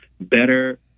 better